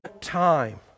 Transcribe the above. time